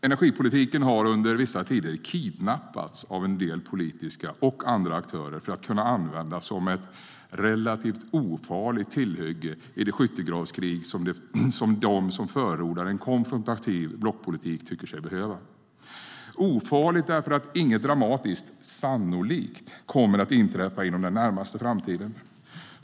Energipolitiken har under vissa tider kidnappats av både politiska och andra aktörer för att kunna användas som ett relativt ofarligt tillhygge i det skyttegravskrig som de som förordar en konfrontativ blockpolitik tycker sig behöva. kommer att inträffa inom den närmaste framtiden.